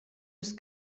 eus